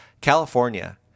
California